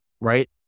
Right